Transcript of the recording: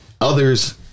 others